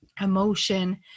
emotion